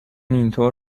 اینطور